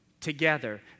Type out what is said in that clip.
together